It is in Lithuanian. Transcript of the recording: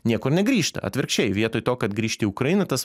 niekur negrįžta atvirkščiai vietoj to kad grįžti į ukrainą tas